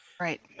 Right